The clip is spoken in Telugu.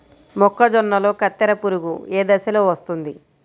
మొక్కజొన్నలో కత్తెర పురుగు ఏ దశలో వస్తుంది?